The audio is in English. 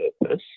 purpose